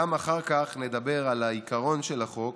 אחר כך גם נדבר על העיקרון של החוק